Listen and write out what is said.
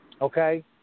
okay